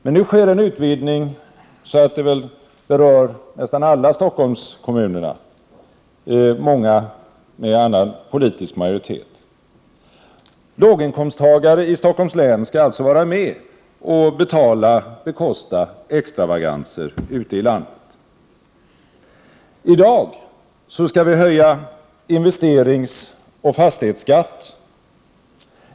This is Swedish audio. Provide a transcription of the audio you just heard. Men nu sker en utvidgning så, att den kommer att beröra nästan alla Stockholmslänets kommuner — många med annan politisk majoritet. Låginkomsttagare i Stockholms län skall alltså vara med och bekosta extravaganser ute i landet. I dag skall vi besluta om en höjning av investeringsoch fastighetsskatten.